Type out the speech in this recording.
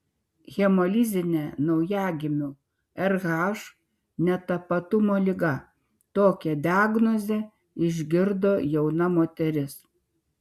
hemolizinė naujagimių rh netapatumo liga tokią diagnozę išgirdo jauna moteris